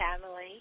family